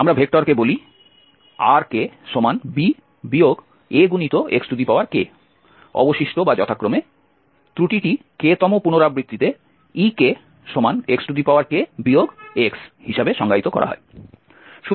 আমরা ভেক্টরকে বলি rkb Axk অবশিষ্ট বা যথাক্রমে ত্রুটিটি kতম পুনরাবৃত্তিতে ekx x হিসাবে সংজ্ঞায়িত করা হয়